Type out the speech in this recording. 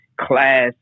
class